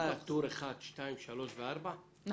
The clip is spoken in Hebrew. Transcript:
את זוכרת את טור 1, 2, 3 ו-4 בטבלה?